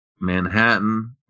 Manhattan